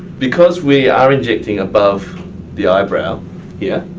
because we are injecting above the eyebrow yeah